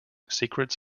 secrets